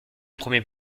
premier